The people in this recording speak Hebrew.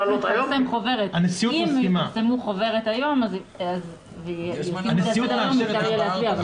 אם יסיימו חוברת היום אפשר יהיה להצביע.